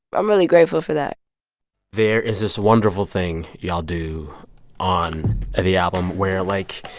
i'm really grateful for that there is this wonderful thing y'all do on the album where, like,